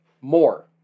more